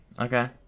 Okay